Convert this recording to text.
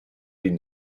been